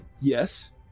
Yes